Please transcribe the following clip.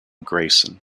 grayson